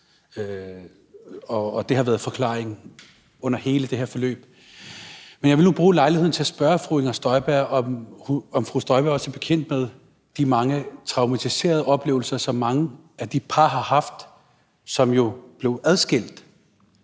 at det har været forklaringen under hele det her forløb. Men jeg vil nu bruge lejligheden til at spørge fru Inger Støjberg, om hun også er bekendt med de mange traumatiserende oplevelser, som mange af de par, som blev adskilt,